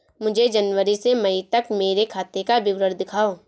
मुझे जनवरी से मई तक मेरे खाते का विवरण दिखाओ?